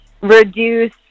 reduce